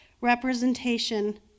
representation